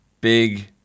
Big